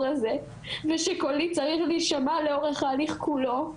הזה ושקולי צריך להישמע לאורך ההליך כולו,